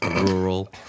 rural